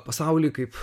pasaulyje kaip